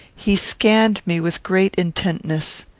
he scanned me with great intentness.